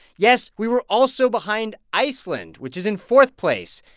yes, we were also behind iceland, which is in fourth place.